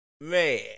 Man